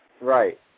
Right